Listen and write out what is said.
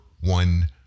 one